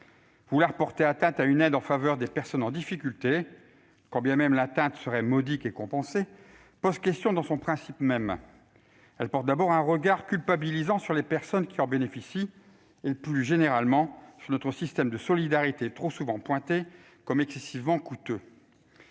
Vouloir porter atteinte à une aide en faveur des personnes en difficulté, quand bien même l'atteinte serait modique et compensée, pose question dans son principe même : cela fait peser un regard culpabilisant sur les personnes qui en bénéficient et plus généralement sur notre système de solidarité, trop souvent pointé du doigt comme excessivement coûteux.